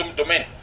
domain